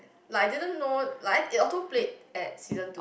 like I didn't know like auto plate at season two